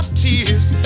tears